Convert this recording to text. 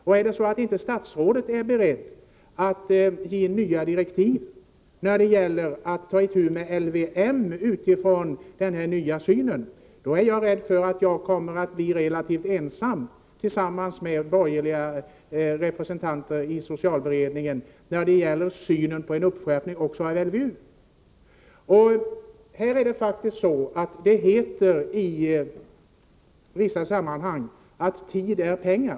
Och om statsrådet inte är beredd att ge nya direktiv beträffande att ta itu med LVM, utifrån den här nya synen, är jag rädd för att jag kommer att bli relativt ensam tillsammans med de borgerliga representanterna i socialberedningen när det gäller en skärpning av också LVM. Det heter i vissa sammanhang att tid är pengar.